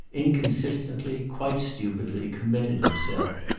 inconsistently, quite stupidly, committed himself,